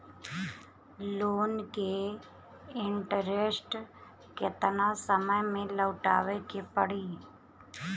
Loan के interest केतना समय में लौटावे के पड़ी?